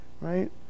right